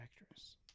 actress